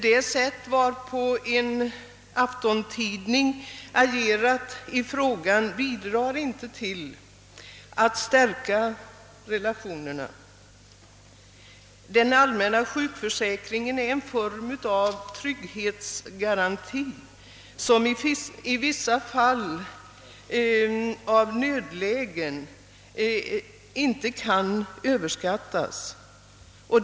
Det sätt varpå en aftontidning agerat i denna fråga bidrar emellertid inte till: ätt stärka dessa relationer. Den allmänna sjukförsäkringen är en form av trygghetsgaranti, vars betydelse i vissa nödlägen inte kan överskattas.